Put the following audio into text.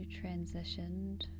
transitioned